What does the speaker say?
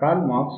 ప్రారంభిద్దాము